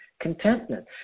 contentment